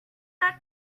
that